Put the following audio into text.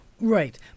Right